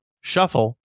shuffle